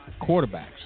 quarterbacks